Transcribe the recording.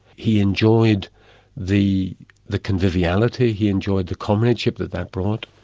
he enjoyed the the conviviality, he enjoyed the comradeship that that brought.